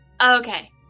Okay